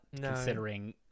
considering